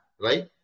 right